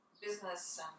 business